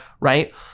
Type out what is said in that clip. right